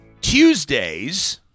Tuesdays